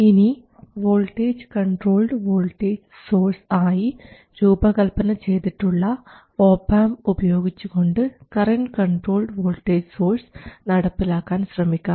ഇനി voltage controlled voltage source ആയി രൂപകൽപന ചെയ്തിട്ടുള്ള ഒപാംപ് ഉപയോഗിച്ച് കൊണ്ട് കറൻറ് കൺട്രോൾഡ് വോൾട്ടേജ് സോഴ്സ് നടപ്പിലാക്കാൻ ശ്രമിക്കാം